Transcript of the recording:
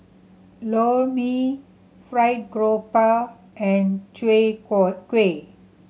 Lor Mee fried grouper and chwee kueh